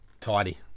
Tidy